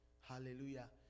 Hallelujah